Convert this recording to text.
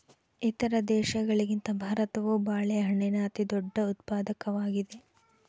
ಇತರ ದೇಶಗಳಿಗಿಂತ ಭಾರತವು ಬಾಳೆಹಣ್ಣಿನ ಅತಿದೊಡ್ಡ ಉತ್ಪಾದಕವಾಗಿದೆ